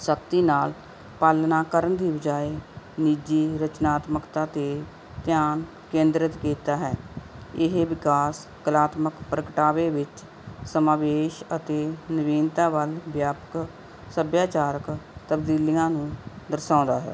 ਸਖਤੀ ਨਾਲ ਪਾਲਣਾ ਕਰਨ ਦੀ ਬਜਾਏ ਨਿੱਜੀ ਰਚਨਾਤਮਕਤਾਂ 'ਤੇ ਧਿਆਨ ਕੇਂਦਰਿਤ ਕੀਤਾ ਹੈ ਇਹ ਵਿਕਾਸ ਕਲਾਤਮਕ ਪ੍ਰਗਟਾਵੇ ਵਿੱਚ ਸਮਾਵੇਸ਼ ਅਤੇ ਨਵੀਨਤਾ ਵੱਲ ਵਿਆਪਕ ਸੱਭਿਆਚਾਰਕ ਤਬਦੀਲੀਆਂ ਨੂੰ ਦਰਸਾਉਂਦਾ ਹੈ